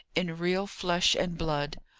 in real flesh and blood.